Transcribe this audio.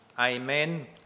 amen